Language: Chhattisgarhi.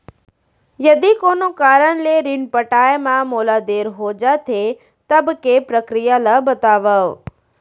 यदि कोनो कारन ले ऋण पटाय मा मोला देर हो जाथे, तब के प्रक्रिया ला बतावव